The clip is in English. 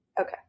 Okay